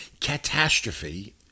catastrophe